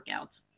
workouts